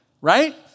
right